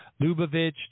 Lubavitch